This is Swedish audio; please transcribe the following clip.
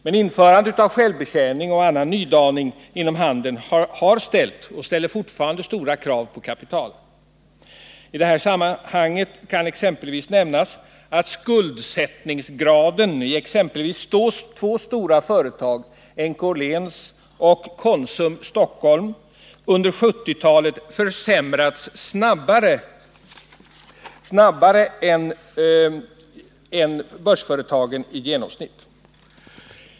Men införandet av självbetjäning och annan nydaning inom handeln har ställt och ställer fortfarande stora krav på kapital. I detta sammanhang kan exempelvis nämnas att skuldsättningsgraden i två stora företag — NK-Åhléns och Konsum Stockholm — under 1970-talet försämrats i snabbare takt än i börsföretagen i genomsnitt.